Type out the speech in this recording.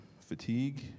fatigue